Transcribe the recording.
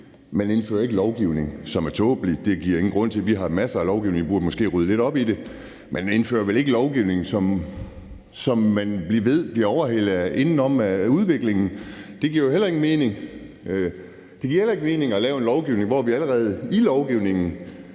Man indfører ikke lovgivning, som er tåbelig. Det er der ingen grund til. Vi har masser af lovgivning. Vi burde måske rydde lidt op i det. Man indfører vel ikke lovgivning, som vi ved bliver overhalet indenom af udviklingen? Det giver ingen mening. Det giver heller ikke mening at lave en lovgivning, hvor vi allerede i lovgivningen